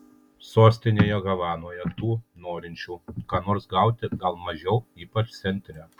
sostinėje havanoje tų norinčių ką nors gauti gal mažiau ypač centre